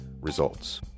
Results